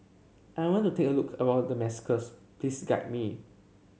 I want to take a look around Damascus please guide me